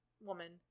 woman